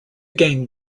gang